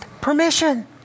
permission